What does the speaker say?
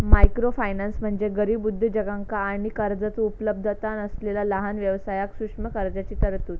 microfinance म्हणजे गरीब उद्योजकांका आणि कर्जाचो उपलब्धता नसलेला लहान व्यवसायांक सूक्ष्म कर्जाची तरतूद